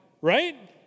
Right